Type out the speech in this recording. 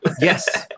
yes